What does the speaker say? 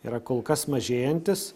yra kol kas mažėjantis